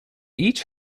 each